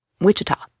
Wichita